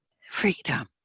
freedom